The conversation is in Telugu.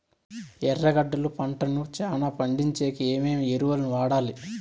ఎర్రగడ్డలు పంటను చానా పండించేకి ఏమేమి ఎరువులని వాడాలి?